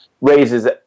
raises